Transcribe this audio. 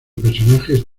personajes